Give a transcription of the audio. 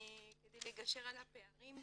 כדי לגשר על הפערים.